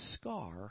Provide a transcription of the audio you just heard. scar